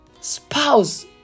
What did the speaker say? spouse